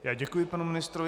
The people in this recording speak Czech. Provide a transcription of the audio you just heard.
Já děkuji panu ministrovi.